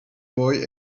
boy